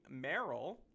meryl